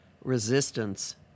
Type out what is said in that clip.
Resistance